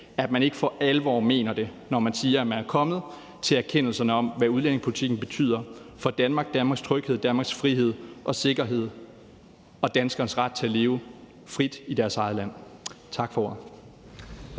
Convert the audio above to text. at man ikke for alvor mener det, når man siger, at man er kommet til erkendelserne om, hvad udlændingepolitikken betyder for Danmark, Danmarks tryghed, Danmarks frihed og sikkerhed og danskernes ret til at leve frit i deres eget land. Tak for ordet.